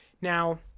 Now